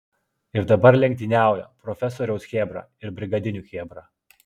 ir dabar lenktyniauja profesoriaus chebra ir brigadinių chebra